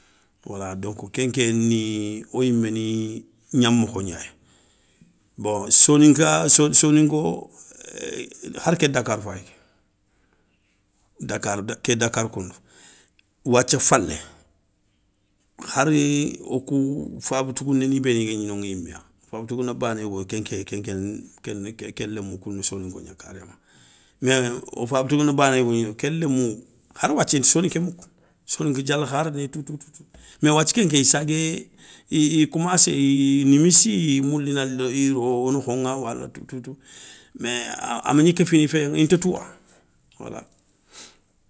Wala donko kénké ni wo yiméni gna mokho gnayi, bon soninka so soninko hara ké dakarou fayi ké, dakarou ké dakarou koundou, wathia falé hari wo kou faba tougounéni béni guégni noŋa yima faba tougouna bané yogo kenké kenké ké lémou kouna soninko gna karéma. Mais wo faba tougouné bané yogo gni noŋa ké lémou. Hara wathia inta soninké moukou soninka dialakhara ni toutou toutou mais wathia kénké i sagué i coumassé i nimissi i ya moula i na lo i ro wo nokhoŋa wala tout tout tout. Mais amégni kéfini féyéŋa intatou wa wala.